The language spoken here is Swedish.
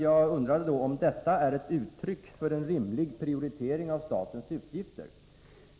Jag undrade nämligen om detta är uttryck för en rimlig prioritering av statens utgifter.